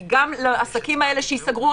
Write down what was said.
כי גם לעסקים האלה שייסגרו,